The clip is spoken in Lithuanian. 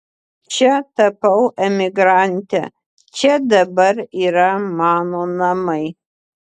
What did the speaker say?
čia tapau emigrante čia dabar yra mano namai